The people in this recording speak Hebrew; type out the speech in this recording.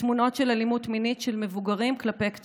ותמונות של אלימות מינית של מבוגרים כלפי קטינים.